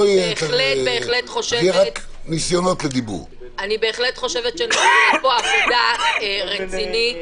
אני בהחלט חושבת שנעשית פה עבודה רצינית.